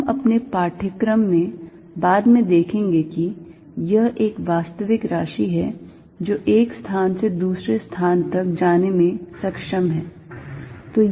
हम अपने पाठ्यक्रम में बाद में देखेंगे कि यह एक वास्तविक राशि है जो एक स्थान से दूसरे स्थान तक जाने में सक्षम है